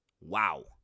Wow